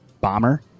Bomber